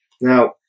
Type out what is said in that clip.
Now